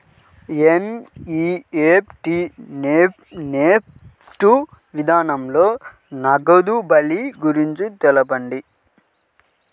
NEFT NEFT విధానంలో నగదు బదిలీ గురించి తెలుపండి?